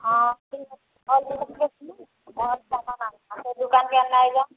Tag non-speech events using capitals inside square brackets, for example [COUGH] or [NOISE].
ହଁ [UNINTELLIGIBLE] ଦୁକାନ କେନ ନାଇବା